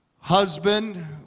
husband